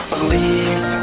Believe